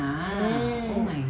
mm